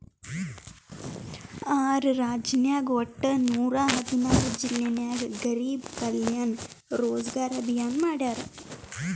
R ರಾಜ್ಯನಾಗ್ ವಟ್ಟ ನೂರಾ ಹದಿನಾರ್ ಜಿಲ್ಲಾ ನಾಗ್ ಗರಿಬ್ ಕಲ್ಯಾಣ ರೋಜಗಾರ್ ಅಭಿಯಾನ್ ಮಾಡ್ಯಾರ್